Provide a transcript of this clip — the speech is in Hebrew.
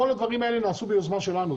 כל הדברים האלה נעשו ביוזמה שלנו,